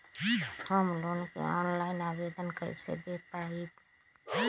Home loan के online आवेदन कैसे दें पवई?